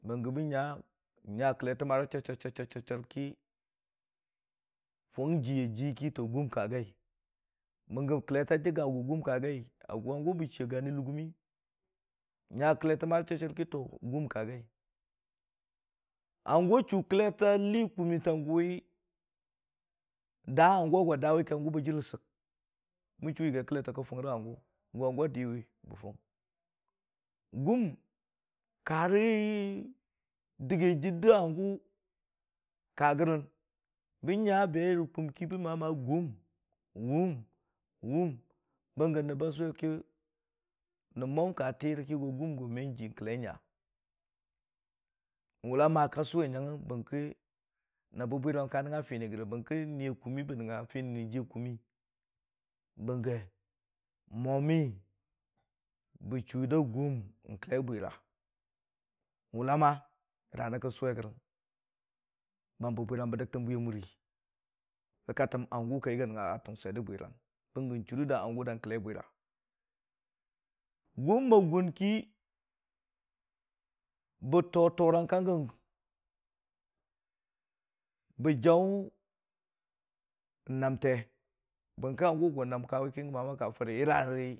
Bəngi bə nya, nya kəllete marə chɨchɨr ki fʊng jiya jii ki to gum ka gai bəngə kəllete a jəgga go gum ka gən nya kəllete marə chɨchɨr ki hum ka gai hangʊ wa chuu kəlleta lii kumnitang gʊ wi da hangʊ a gwa dawi hangʊ ba jir rə sək bən chuu yagi kəllete kə fʊnrə hangʊ gʊ hangʊ wa diwi kə ka fʊng gum karə dəgai jir də hangʊ ka gərəng bə nya be rə kʊm ki bən nya ma rə go wʊm! wʊm!! wʊm!!! bəng gə nəb ba sʊwi ki nəb mwam fɨrə go gum go me kəlle nya. Wʊta ma ka sʊwe, nyangngə bəngkə nəb bwirəm ka nəngnga fiuni gərə bəng ki ni ya kʊmmi bə nəngnga fini rə jiya kʊmmi, bənggi mwami bə chuu da gum mo kəlle bwira wʊ la ma yəra kə suwe gərəng ban bə bwiram bə dəgtəng bwiya muri kə ka təm hangʊ ka yigi a nəngnga tən swir də bwirang bəngi chuura hangʊ da kəlle bwira. Gum bə gʊn kə bə too, toorang kang gən bə jaʊ naamte bəngkə langʊ gʊ naam kawi kə hangʊ ka farə kʊmni.